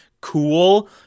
cool